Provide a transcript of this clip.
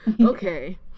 okay